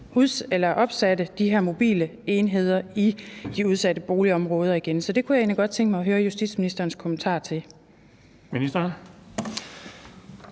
at man opsatte de her mobile enheder i de udsatte boligområder igen. Så det kunne jeg egentlig godt tænke mig at høre justitsministerens kommentar til. Kl.